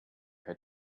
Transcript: had